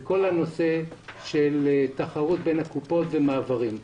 כל הנושא של תחרות בין הגופים במעברים.